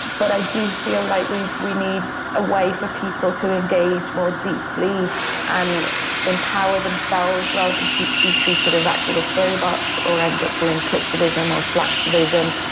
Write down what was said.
but i do feel like we we need a way for people to engage more deeply and empower themselves rather than be treated as activist robots or end up doing clicktivism or slacktivism,